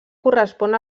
correspon